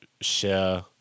share